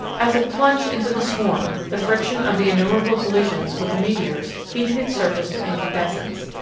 as it plunged into the swarm the friction of the innumerable collisions with the meteors heated its surface to incandescence,